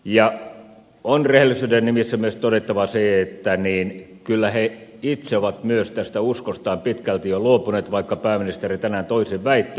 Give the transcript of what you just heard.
ja on rehellisyyden nimissä myös todettava se että kyllä he itse ovat myös tästä uskostaan pitkälti jo luopuneet vaikka pääministeri tänään toisin väitti